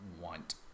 want